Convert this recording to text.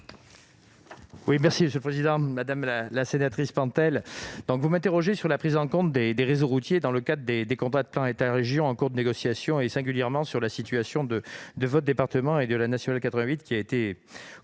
le secrétaire d'État. Madame la sénatrice Pantel, vous m'interrogez sur la prise en compte des réseaux routiers dans le cadre des contrats de plan État-région en cours de négociation, singulièrement sur la situation de votre département et sur la nationale 88, laquelle a été